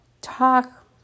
talk